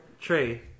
Trey